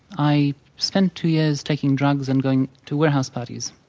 i spent two years taking drugs and going to warehouse parties.